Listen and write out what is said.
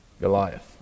Goliath